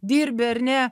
dirbi ar ne